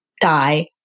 die